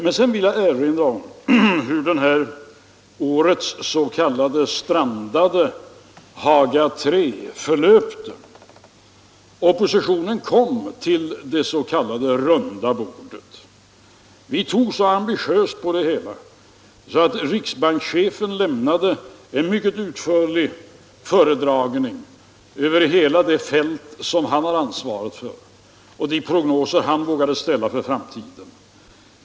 Men sedan vill jag erinra om hur årets strandade Haga III förlöpte. Oppositionen kom till det s.k. runda bordet. Vi tog så ambitiöst på det hela att riksbankschefen lämnade en mycket utförlig föredragning över hela det fält som han har ansvaret för och de prognoser som han vågade ställa för framtiden.